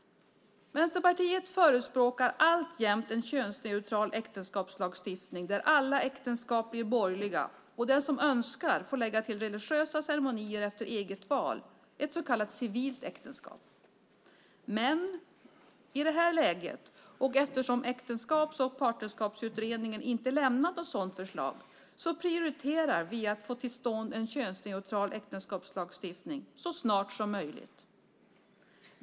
Vänsterpartiet förespråkar alltjämt en könsneutral äktenskapslagstiftning där alla äktenskap blir borgerliga, och den som så önskar får lägga till religiösa ceremonier efter eget val - ett så kallat civilt äktenskap. Men i det här läget, eftersom Äktenskaps och partnerskapsutredningen inte har lämnat något sådant förslag, prioriterar vi att få till stånd en könsneutral äktenskapslagstiftning så snart som möjligt.